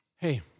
Hey